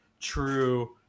true